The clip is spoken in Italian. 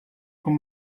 con